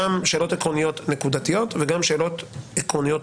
גם שאלות עקרוניות נקודתיות וגם שאלות עקרוניות